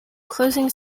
closing